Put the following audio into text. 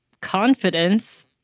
confidence